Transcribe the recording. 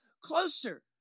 closer